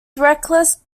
reckless